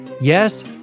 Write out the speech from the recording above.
yes